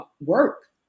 work